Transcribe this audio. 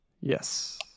Yes